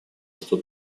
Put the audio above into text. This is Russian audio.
что